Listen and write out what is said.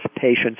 patients